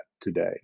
today